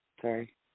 Sorry